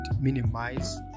minimize